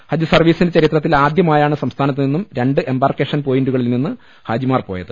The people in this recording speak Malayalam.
ഹജ്ജ് സർവീ സിന്റെ ചരിത്രത്തിൽ ആദ്യമായാണ് സംസ്ഥാനത്തു നിന്നും രണ്ട് എമ്പാർക്കേഷൻ പോയിന്റുകളിൽ നിന്ന് ഹാജിമാർ പോയത്